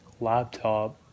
laptop